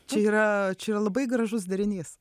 čia yra čia yra labai gražus derinys